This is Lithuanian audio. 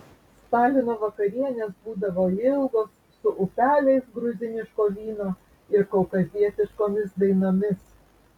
stalino vakarienės būdavo ilgos su upeliais gruziniško vyno ir kaukazietiškomis dainomis